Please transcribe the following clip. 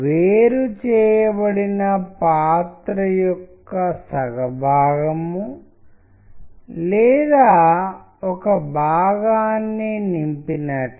association colours ద్వారా ఒక రకమైన పద్యానికి ఉదాహరణ ఇక్కడ ఉంది